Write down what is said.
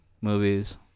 movies